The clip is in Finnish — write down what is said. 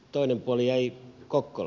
toinen puoli ei koko